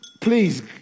please